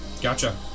Gotcha